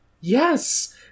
yes